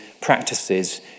practices